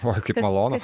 oi kaip malonu